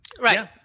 Right